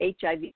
HIV